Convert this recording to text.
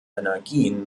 energien